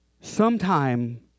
Sometime